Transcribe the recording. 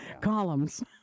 columns